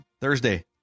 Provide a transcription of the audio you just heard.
Thursday